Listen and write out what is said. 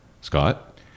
scott